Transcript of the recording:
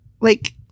like-